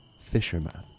fisherman